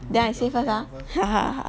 then I say first ah